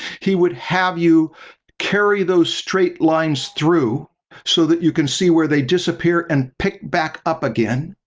he would have you carry those straight lines through so that you can see where they disappear and pick back up again.